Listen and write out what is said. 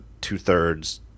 two-thirds